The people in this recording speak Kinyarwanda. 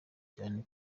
cyane